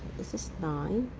this is nine